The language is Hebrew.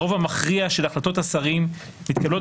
הרוב המכריע של החלטות השרים מתקבלות